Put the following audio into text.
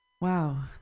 wow